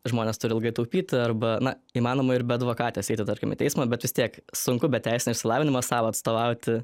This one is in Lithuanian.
žmonės turi ilgai taupyti arba na įmanoma ir be advokatės eiti tarkim į teismą bet vis tiek sunku be teisinio išsilavinimo sau atstovauti